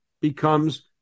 becomes